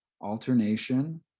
alternation